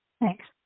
thanks